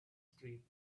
street